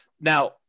Now